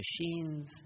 machines